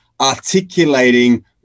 articulating